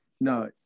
No